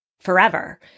forever